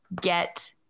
get